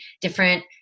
different